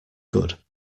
good